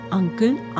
uncle